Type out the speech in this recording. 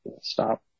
Stop